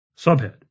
Subhead